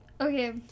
Okay